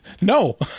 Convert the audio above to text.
No